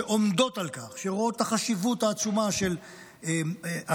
שעומדות על כך, שרואות את החשיבות העצומה של השארת